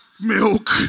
milk